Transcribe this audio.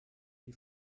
die